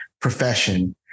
profession